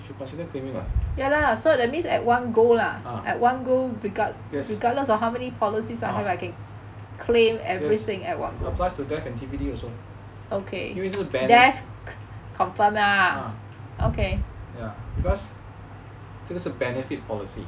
should consider claiming [what] yes applies to death at T_B_D also 因为是 because 这个是 benefit policy